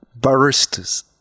baristas